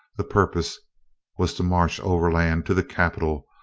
the purpose was to march overland to the capital,